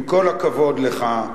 עם כל הכבוד לך,